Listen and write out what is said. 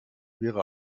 wäre